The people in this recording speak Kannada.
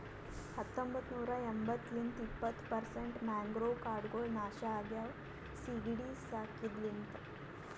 ಹತೊಂಬತ್ತ ನೂರಾ ಎಂಬತ್ತು ಲಿಂತ್ ಇಪ್ಪತ್ತು ಪರ್ಸೆಂಟ್ ಮ್ಯಾಂಗ್ರೋವ್ ಕಾಡ್ಗೊಳ್ ನಾಶ ಆಗ್ಯಾವ ಸೀಗಿಡಿ ಸಾಕಿದ ಲಿಂತ್